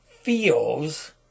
feels